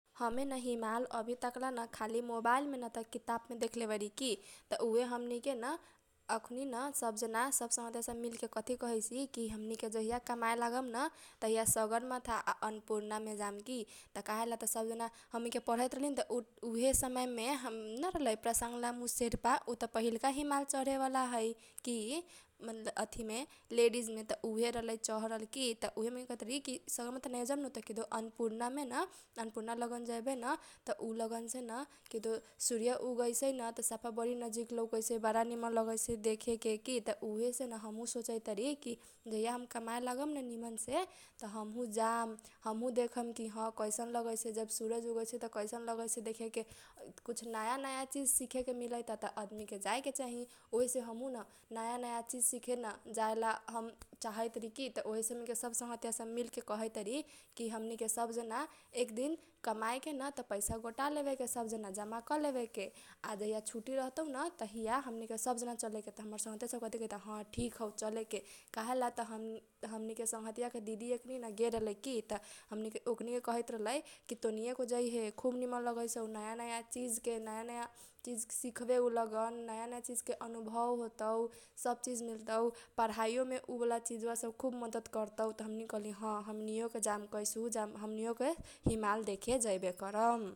हमेन हिमाल अभी तकलान खाली मोबाइल मे ना त खाली किताबमे देखले बारी की त उहे हमनीकेन सब जना सब संघतीया सब मिलके कथी कहैसी की हमनीके जहिया कमाए लागम न तहीया सगरमाथा आ अनपुरणामे जाम की त काहेला सब जना हमनी के पढैत रहली त उहे समयमे त ना रहलै पासाङ ल्हामु शेर्पा त उ त पहिलका हिमाल चढेवाला है की hesitation लेडीजमे त उहे रहलै चहरल की त उहे हमनीके कहैत रहली सगरमाथा नाहीयो जाएमन त अनपुरणा लगन जैबेन त उ लगनसे किदो सूर्य उगैसन त बरी नजिक लौकैसै बारा निमन लगैसै देखेके की त उहेसे हमहु सोचैतारी की जहिया हम कमाए लागमन निमनसे त हमहु जाम हमहु देखम ह की कैसन लगैसै जब सूर्य उगैसै त कैसन लगैसै देखेके कुछ नयाँ नयाँ चीज सिखेके मिलैतात अदमी के जाएके चाही त उहेसे हमहु नयाँ नयाँ चीज सिखेन जाएला हम चाहैतारी की ओहीसे हमनी के सब संघतीया सब मिलके कहैतारी की हमनीके सब जना एकदिन कमाएकेन त पैसा गोटालेवेके सब जना जम्मा करलेवेके आ जहीया छुटी रहतउन तहीया हमनी के सब जना चलेके त हमर संघियता सब कथी कहिता ठिक हउ चलेके काहेला हमनीके संघियता के दिदी यकनी न गेलरलै त की त हमनी ओकनीके कहैतरहलै की तोनी योके जैहे खुब निमन लगैसउ नयाँ नयाँ चीज के नयाँ नयाँ चिज सिखबे उ लगन नयाँ नयाँ चीज के अनुभव होतौ सब चीज मिलतौ पढाइयोमे उ बाला चीजवा सब खुब मदत करतौ त हमनीके कहली ह हमनीयोके जाम कैसहु जाम हमनीयोके हिमाल देखे थेबे करम।